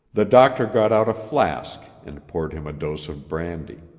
the doctor got out a flask and poured him a dose of brandy.